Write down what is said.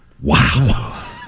Wow